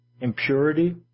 impurity